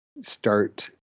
start